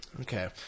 Okay